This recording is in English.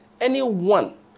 anyone